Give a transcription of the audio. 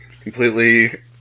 Completely